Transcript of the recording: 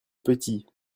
petit